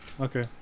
Okay